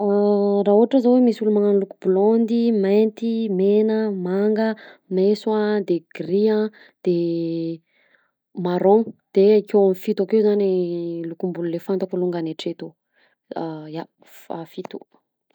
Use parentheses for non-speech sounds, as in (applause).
(hesitation) Raha ohatra zao misy olo magnano loko blondy, mainty, mena, manga, maiso a, de gris, de marron de akeo amin'ny fito akeo zany lokom-bolo le fatako longany atreto, ya f- fito.